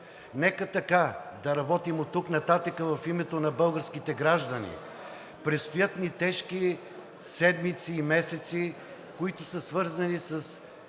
Нека така да работим оттук нататък в името на българските граждани. Предстоят ни тежки седмици и месеци, които са свързани със